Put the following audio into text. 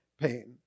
pain